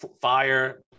fire